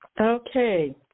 okay